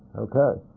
okay.